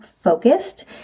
focused